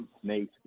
snake